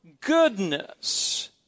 goodness